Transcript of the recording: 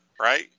right